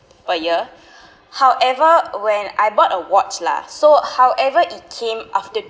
per year however when I bought a watch lah so however it came after